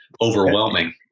overwhelming